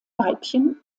weibchen